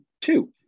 two